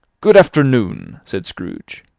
good afternoon! said scrooge.